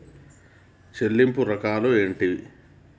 చెల్లింపు రకాలు ఏమిటి?